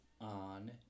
on